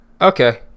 Okay